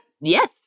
Yes